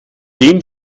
dem